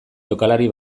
jokalari